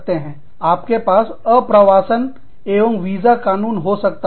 आपके पास अप्रवासन एवं वीसा कानून हो सकता है